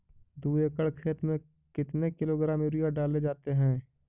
दू एकड़ खेत में कितने किलोग्राम यूरिया डाले जाते हैं?